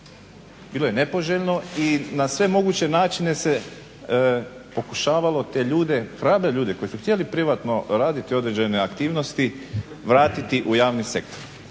bilo nepoželjno i na sve moguće načine se pokušavalo te ljude, hrabre ljude koji su htjeli privatno raditi određene aktivnosti, vratiti u javni sektor.